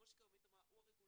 כמו שכרמית אמרה הוא הרגולטור,